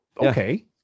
Okay